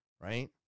right